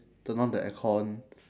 turn on the aircon